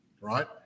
right